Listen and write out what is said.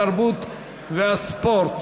התרבות והספורט